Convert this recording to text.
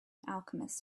alchemist